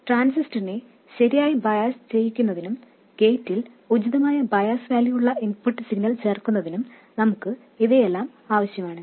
ട്രാൻസിസ്റ്ററിനെ ശരിയായി ബയാസ് ചെയ്യിക്കുന്നതിനും ഗേറ്റിൽ ഉചിതമായ ബയാസ് വാല്യൂ ഉള്ള ഇൻപുട്ട് സിഗ്നൽ ചേർക്കുന്നതിനും നമുക്ക് ഇവയെല്ലാം ആവശ്യമാണ്